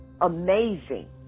amazing